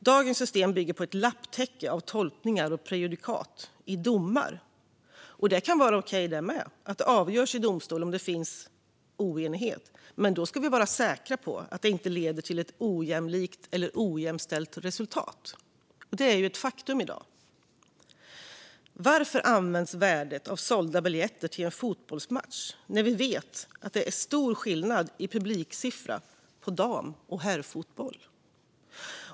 Dagens system bygger på ett lapptäcke av tolkningar och prejudikat i domar. Det kan vara okej att det avgörs i domstol om det finns oenighet, men då ska vi vara säkra på att det inte leder till ett ojämlikt eller ojämställt resultat, vilket ju är ett faktum i dag. Varför används värdet av sålda biljetter till en fotbollsmatch när vi vet att det är stor skillnad i publiksiffror mellan dam och herrfotboll?